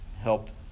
helped